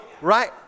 Right